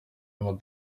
madrid